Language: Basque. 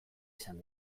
izan